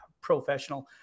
professional